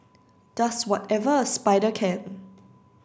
does whatever a Spider can